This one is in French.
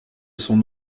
son